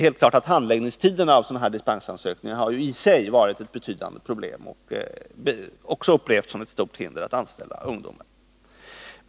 Helt klart har handläggningstiderna för sådana här dispensansökningar i sig varit ett betydande problem, och även det har upplevts som ett stort hinder för att anställa ungdomar.